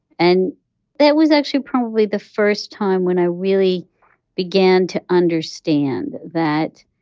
and that was actually probably the first time when i really began to understand that